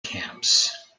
camps